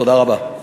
תודה רבה.